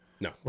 No